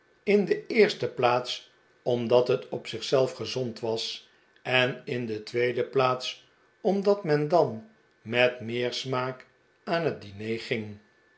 in de eerste plaats omdat het op zich zelf gezond was en in de tweede plaats omdat men dan met meer smaak aan het diner ging